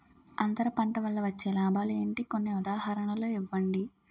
అంతర పంట వల్ల వచ్చే లాభాలు ఏంటి? కొన్ని ఉదాహరణలు ఇవ్వండి?